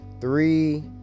three